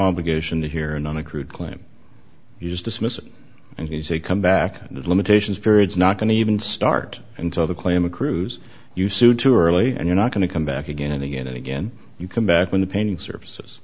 obligation to hear in on a crude claim you just dismiss it and you say come back and limitations periods not going to even start until the claim accrues you sue too early and you're not going to come back again and again and again you come back when the painting surfaces